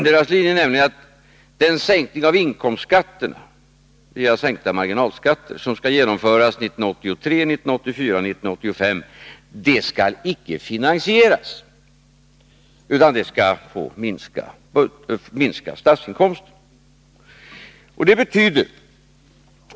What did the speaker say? Deras linje är nämligen att den sänkning av inkomstskatterna via sänkta marginalskatter som skall genomföras 1983, 1984 och 1985 icke skall finansieras, utan den skall få minska statsinkomsterna.